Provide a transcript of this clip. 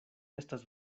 estas